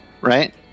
Right